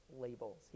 labels